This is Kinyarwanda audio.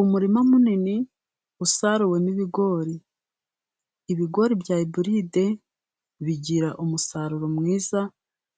Umurima munini usaruwemo ibigori, ibigori bya ibulide bigira umusaruro mwiza